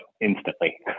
instantly